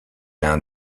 l’un